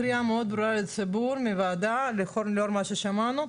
בקריאה מאוד ברורה לציבור לאור מה ששמענו,